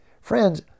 Friends